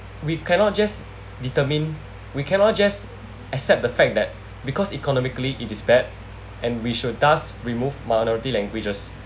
we cannot just determine we cannot just accept the fact that because economically it is bad and we should thus remove minority languages